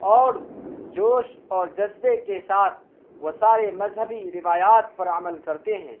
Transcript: اور جوش اور جذبے کے ساتھ وہ سارے مذہبی روایات پر عمل کرتے ہیں